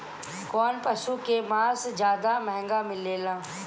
कौन पशु के मांस ज्यादा महंगा मिलेला?